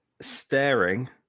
staring